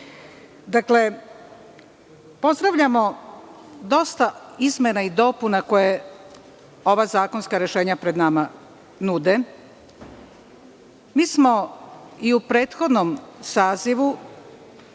Srbije. Pozdravljamo dosta izmena i dopuna koja ova zakonska rešenja pred nama nude. Mi smo i u prethodnom sazivu